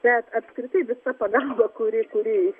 bet apskritai visa pagalba kuri kuri